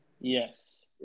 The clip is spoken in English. Yes